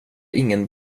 ingen